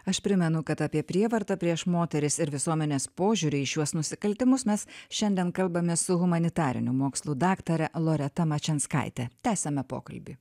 aš primenu kad apie prievartą prieš moteris ir visuomenės požiūrį į šiuos nusikaltimus mes šiandien kalbamės su humanitarinių mokslų daktare loreta mačianskaite tęsiame pokalbį